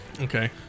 Okay